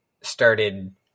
started